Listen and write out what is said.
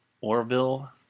Orville